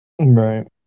Right